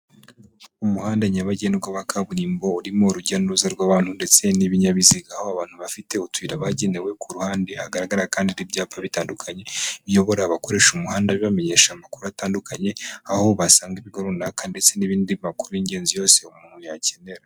Umuhanda nyabagendwa wa kaburimbo urimo urujya n'uruza rw'abantu ndetse n'ibinyabiziga, aho abo bantu bafite utuyira bagenewe. Ku ruhande hagaragara kandi n'ibyapa bitandukanye biyobora abakoresha umuhanda bibamenyesha amakuru atandukanye. Aho basanga ibigo runaka ndetse n'ibindi, amakuru y'ingenzi yose umuntu yakenera.